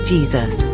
Jesus